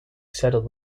settled